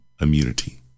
immunity